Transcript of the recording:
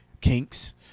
kinks